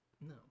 No